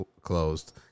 closed